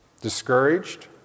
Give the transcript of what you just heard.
Discouraged